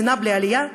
מדינה בלי עלייה,